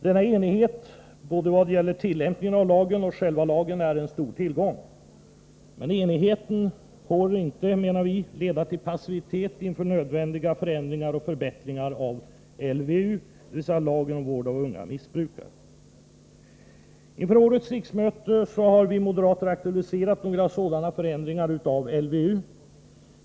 Denna enighet vad gäller både tillämpningen av lagen och själva lagen är en stor tillgång. Men enigheten får inte, menar vi, leda till passivitet inför nödvändiga förändringar och förbättringar av LVU, dvs. lagen med särskilda bestämmelser om vård av unga. Inför årets riksmöte har vi moderater aktualiserat några sådana förändringar av LVU.